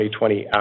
2020